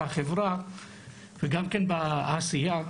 בחברה ובעשייה.